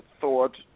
thought